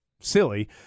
silly